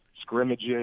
scrimmages